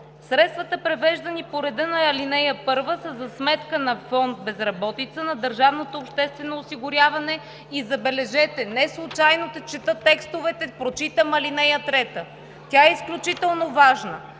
Средствата, превеждани по реда на ал. 1, са за сметка на Фонд „Безработица“ на държавното обществено осигуряване“. И забележете, неслучайно чета текстовете, прочитам ал. 3, тя е изключително важна: